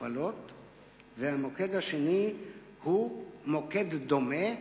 המוקד השני הוא מוקד דומה,